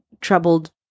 troubled